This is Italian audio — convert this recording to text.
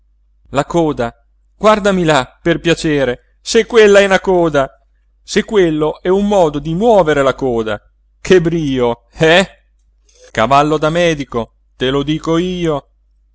la coda guardami là per piacere se quella è una coda se quello è un modo di muovere la coda che brio eh cavallo da medico te lo dico io